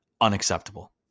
unacceptable